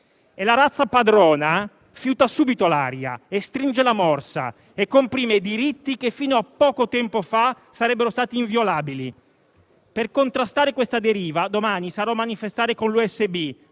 La razza padrona fiuta subito l'aria, stringe la morsa e comprime diritti che fino a poco tempo fa sarebbero stati inviolabili. Per contrastare questa deriva, domani sarò a manifestare con l'Unione